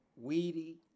Weedy